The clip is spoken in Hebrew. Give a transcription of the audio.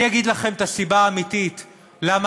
אני אגיד לכם מה הסיבה האמיתית לכך